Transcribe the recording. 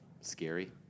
Scary